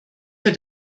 für